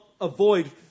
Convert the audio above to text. avoid